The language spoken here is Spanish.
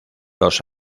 los